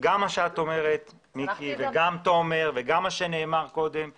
גם מה שאת ותומר אומרים קשה לנו להתווכח עם